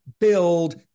build